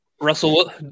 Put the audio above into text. Russell